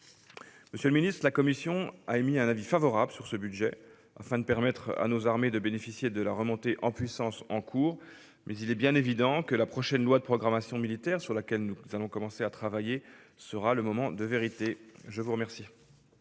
Monsieur le ministre, la commission a émis un avis favorable sur ce budget, afin de permettre à nos armées de bénéficier de la remontée en puissance en cours, mais il est bien évident que la prochaine LPM, sur laquelle nous allons commencer à travailler, sera le moment de vérité. La parole